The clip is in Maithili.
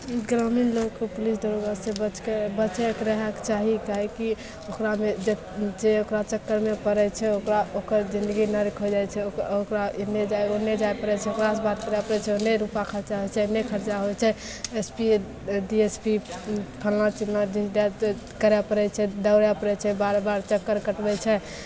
ग्रामीण लोकके पुलिस दरोगासे बचिके बचिएके रहैके चाही काहेकि ओकरामे जे जे ओकरा चक्करमे पड़ै छै ओकरा ओकर जिनगी नरक हो जाइ छै ओक ओकरा एन्ने जाइ ओन्ने जाइ पड़ै छै ओकरासे बात करै पड़ै छै ओन्ने रुपा खरचा होइ छै ओन्ने रुपा खरचा होइ छै S P D S P फल्लाँ चिल्लाँ दिस दैट करै पड़ै छै दौड़ै पड़ै छै बेर बेर चक्कर कटबै छै